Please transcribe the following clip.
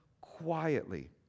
quietly